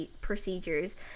procedures